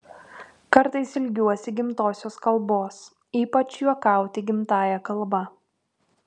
kartais ilgiuosi gimtosios kalbos ypač juokauti gimtąja kalba